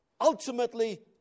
ultimately